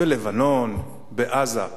בלבנון, בעזה.